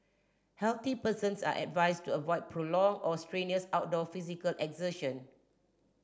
healthy persons are advised to avoid prolonged or strenuous outdoor physical exertion